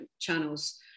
channels